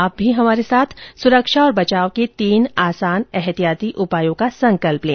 आप भी हमारे साथ सुरक्षा और बचाव के तीन आसान एहतियाती उपायों का संकल्प लें